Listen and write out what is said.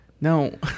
No